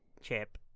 chip